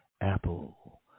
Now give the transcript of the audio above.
Apple